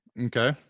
Okay